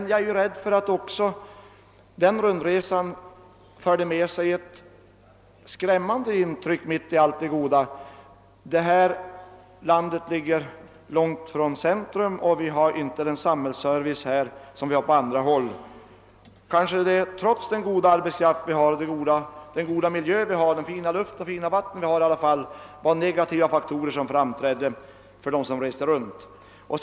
Men jag är rädd för att rundresan förutom allt det goda även gav ett skrämmande intryck, nämligen att den här delen av landet ligger långt från centrum och att samhällsservicen inte är densamma som på andra håll. Trots den goda arbetskraften, den fina miljön med ren luft och rent vatten, framträdde det kanske ändå vissa negativa faktorer för dem som deltog i resan.